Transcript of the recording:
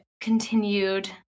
continued